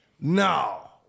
No